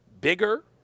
bigger